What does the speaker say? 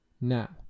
Now